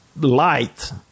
light